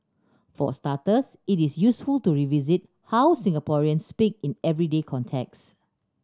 for starters it is useful to revisit how Singaporeans speak in everyday context